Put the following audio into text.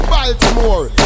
Baltimore